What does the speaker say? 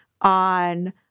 on